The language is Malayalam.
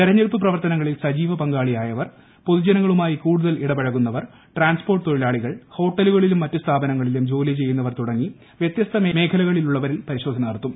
തെരഞ്ഞെടുപ്പ് പ്രവർത്തനങ്ങളിൽ സജീവ പങ്കാളിയായവർ പൊതുജനങ്ങളുമായി കൂടുതൽ ഇടപഴകുന്നവർ ട്രാൻസ്പോർട്ട് തൊഴിലാളികൾ ഹോട്ടലുകളിലും മറ്റു സ്ഥാപനങ്ങളിലും ജോലി ചെയ്യുന്നവർ തുടങ്ങി വൃതൃസ്ത മേഖലകളിലുള്ളവരിൽ പരിശോധന നടത്തും